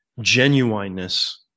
genuineness